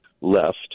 left